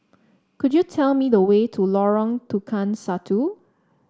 could you tell me the way to Lorong Tukang Satu